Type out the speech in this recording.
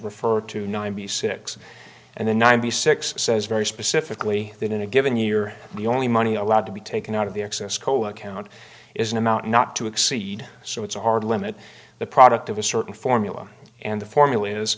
refer to ninety six and the ninety six says very specifically that in a given year the only money allowed to be taken out of the excess cola account is an amount not to exceed so it's a hard limit the product of a certain formula and the formula is